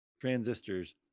transistors